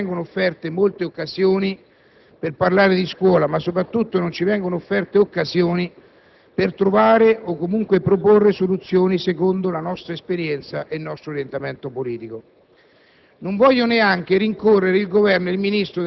La tentazione, in verità, è grande, perché non ci vengono offerte molte occasioni per parlare di scuola, soprattutto non ci vengono offerte occasioni per trovare o comunque proporre soluzioni secondo la nostra esperienza e il nostro orientamento politico.